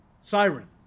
siren